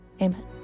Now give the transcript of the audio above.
Amen